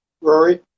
Rory